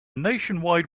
nationwide